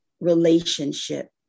relationship